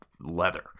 leather